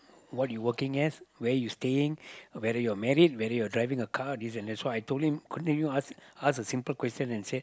what you working as where you staying whether you are married whether you are driving a car this and that that's why I told him could you ask ask a simple question and say